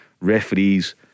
referees